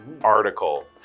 article